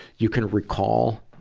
you can recall,